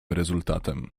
rezultatem